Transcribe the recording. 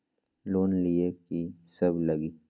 Loan लिए की सब लगी?